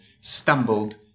stumbled